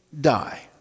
die